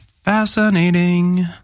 fascinating